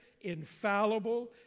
infallible